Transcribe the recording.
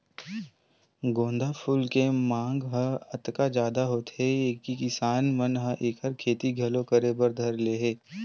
गोंदा फूल के मांग ह अतका जादा होगे हे कि किसान मन ह एखर खेती घलो करे बर धर ले हे